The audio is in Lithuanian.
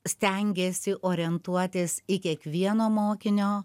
stengiasi orientuotis į kiekvieno mokinio